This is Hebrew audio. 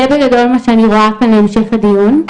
זה בגדול מה שאני רואה כאן להמשך הדיון.